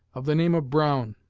of the name of brown,